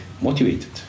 motivated